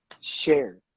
share